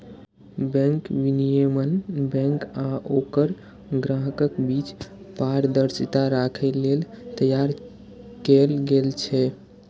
bank विनियमन bank आ ओकर ग्राहकक बीच पारदर्शिता राखै लेल तैयार कैल गेल छै